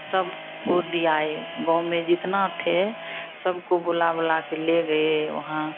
सबको दियाए गाँव में जितने थे सबको बुलाया बुलाकर ले गए वहाँ